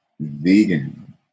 vegan